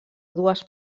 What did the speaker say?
dues